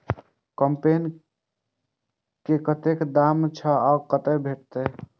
कम्पेन के कतेक दाम छै आ कतय भेटत?